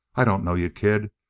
i don't know you, kid.